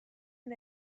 and